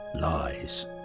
lies